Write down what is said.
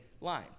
line